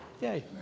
Yay